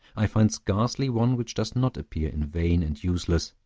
i find scarcely one which does not appear in vain and useless,